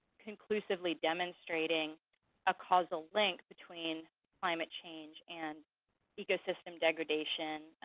conclusively demonstrating a causal link between climate change and ecosystem degradation,